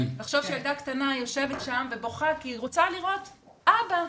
לחשוב שילדה שטנה יושבת שם ובוכה כי היא רוצה לראות אבא.